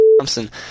Thompson